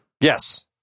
Yes